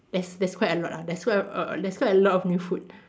there's there's quite a lot ah there's quite a there's quite a lot of new food